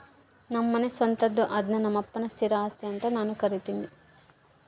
ನಮ್ಮನೆ ಸ್ವಂತದ್ದು ಅದ್ನ ನಮ್ಮಪ್ಪನ ಸ್ಥಿರ ಆಸ್ತಿ ಅಂತ ನಾನು ಕರಿತಿನಿ